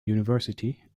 university